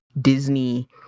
Disney